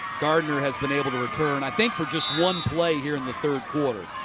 gardner has been able to return, i think, for just one play here in the third quarter.